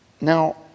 now